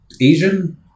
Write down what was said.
Asian